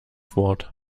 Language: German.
wort